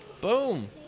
Boom